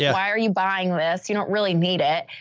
yeah why are you buying this? you don't really need it.